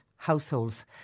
Households